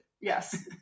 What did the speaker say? Yes